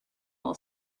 will